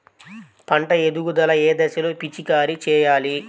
పంట ఎదుగుదల ఏ దశలో పిచికారీ చేయాలి?